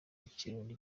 ikirundi